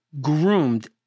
groomed